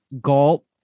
gulp